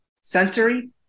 Sensory